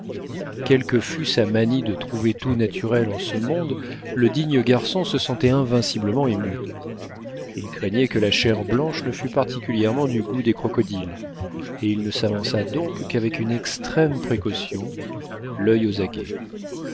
que fût sa manie de trouver tout naturel en ce monde le digne garçon se sentait invinciblement ému il craignait que la chair blanche ne fût particulièrement du goût des crocodiles et il ne s'avança donc qu'avec une extrême précaution l'il aux aguets